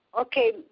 Okay